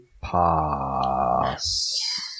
pass